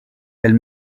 elle